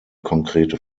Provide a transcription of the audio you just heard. konkrete